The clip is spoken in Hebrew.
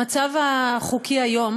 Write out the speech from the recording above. המצב החוקי היום